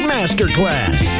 Masterclass